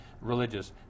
religious